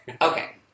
Okay